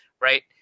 Right